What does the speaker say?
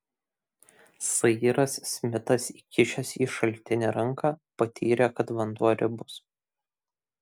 sairas smitas įkišęs į šaltinį ranką patyrė kad vanduo riebus